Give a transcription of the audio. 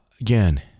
Again